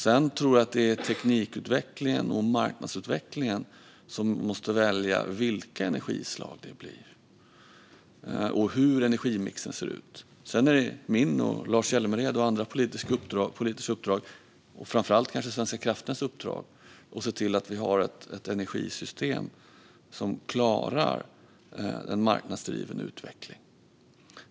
Sedan tror jag att det är teknikutvecklingen och marknadsutvecklingen som måste avgöra vilka energislag som det blir och hur energimixen ser ut. Sedan är det mitt och Lars Hjälmereds politiska uppdrag, och kanske framför allt Svenska kraftnäts uppdrag, att se till att vi har ett energisystem som klarar en marknadsdriven utveckling.